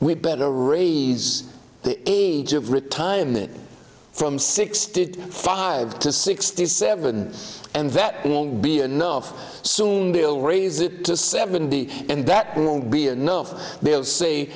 we better raise the age of retirement from sixty five to sixty seven and that won't be enough soon we'll raise it to seventy and that won't be enough they'll say